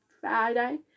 Friday